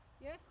Yes